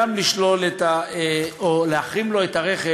גם להחרים לו את הרכב